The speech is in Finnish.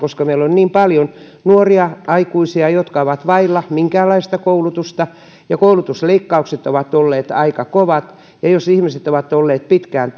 koska meillä on niin paljon nuoria aikuisia jotka ovat vailla minkäänlaista koulutusta ja koulutusleikkaukset ovat olleet aika kovat ja jos ihmiset ovat olleet pitkään